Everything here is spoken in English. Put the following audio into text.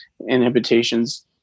inhibitations